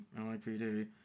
LAPD